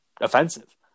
Offensive